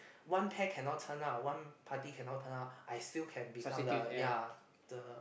one pair can not turn up one party can not turn up I still be count on ya the